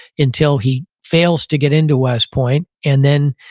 until he fails to get into west point and then,